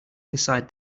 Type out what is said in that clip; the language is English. decide